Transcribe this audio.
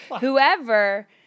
Whoever